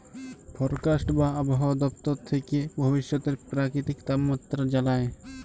forecast বা আবহাওয়া দপ্তর থ্যাকে ভবিষ্যতের পেরাকিতিক তাপমাত্রা জালায়